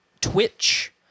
Twitch